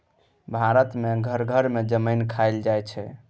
भारत मे घर घर मे जमैन खाएल जाइ छै